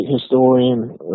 historian